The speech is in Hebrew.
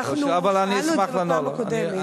שאלנו את זה בפעם הקודמת.